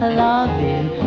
loving